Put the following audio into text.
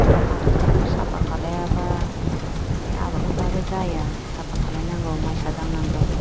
बे हाग्राफोरखौ साफा खालायाबा बे आबादफोराबो जाया साफा खालायनांगौ मायसा दांनांगौ